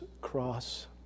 cross